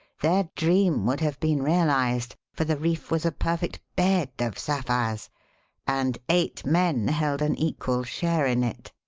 their dream would have been realized, for the reef was a perfect bed of sapphires and eight men held an equal share in it.